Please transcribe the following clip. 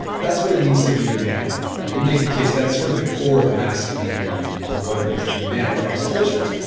that's what it means to be a man. and we make the case that's sort of the core of masculinity on what it means to be a man across cultures.